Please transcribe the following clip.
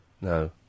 No